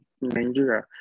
Nigeria